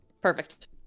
Perfect